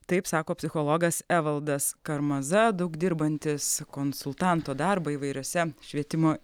taip sako psichologas evaldas karmaza daug dirbantis konsultanto darbą įvairiose švietimo